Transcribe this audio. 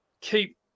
keep